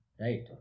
Right